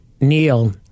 Neil